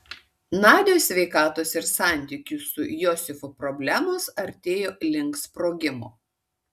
nadios sveikatos ir santykių su josifu problemos artėjo link sprogimo